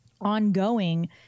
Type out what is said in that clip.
ongoing